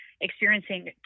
experiencing